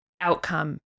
outcome